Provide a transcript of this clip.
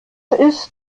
ist